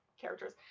characters